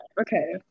Okay